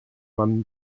man